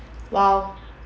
!wow!